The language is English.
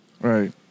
Right